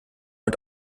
mit